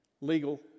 legal